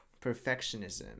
perfectionism